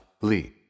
Lee